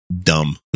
dumb